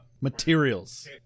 materials